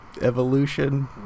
evolution